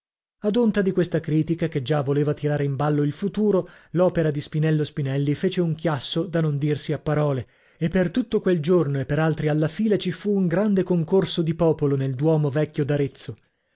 ad onta di questa critica che già voleva tirare in ballo il futuro l'opera di spinello spinelli fece un chiasso da non dirsi a parole e per tutto quel giorno e per altri alla fila ci fu grande concorso di popolo nel duomo vecchio d'arezzo